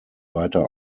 weiter